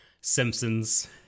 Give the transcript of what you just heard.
Simpsons